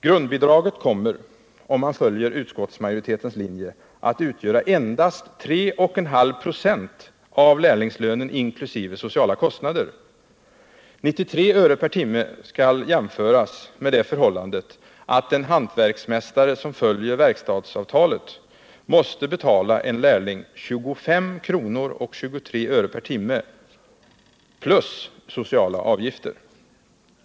Grundbidraget kommer - om man följer utskottsmajoritetens linje — att utgöra endast 3,5 96 av lärlingslönen inkl. sociala kostnader. 93 öre per timme skall jämföras med det förhållandet att en hantverksmästare som följer verkstadsavtalet måste betala en lärling 25 kronor och 23 öre per timme plus sociala avgifter!